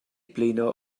blino